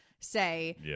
say